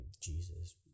jesus